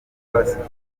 twasigiwe